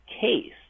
case